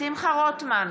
שמחה רוטמן,